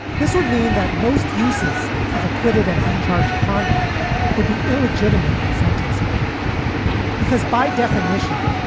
this would mean that most users of acquitted and uncharged conduct would be illegitimate in sentencing because by definition,